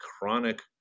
chronic